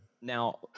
Now